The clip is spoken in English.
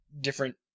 different